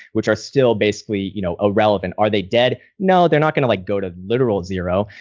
which are still basically you know irrelevant. are they dead? no, they're not going to like go to literal zero.